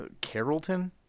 Carrollton